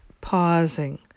pausing